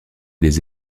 des